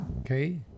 okay